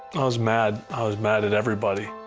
i was mad. i was mad at everybody.